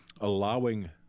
allowing